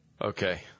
Okay